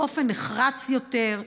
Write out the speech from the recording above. באופן נחרץ יותר,